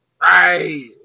Right